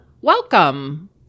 welcome